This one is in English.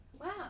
Wow